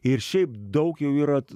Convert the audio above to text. ir šiaip daug jau yra